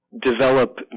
develop